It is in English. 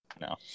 no